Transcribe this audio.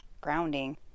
grounding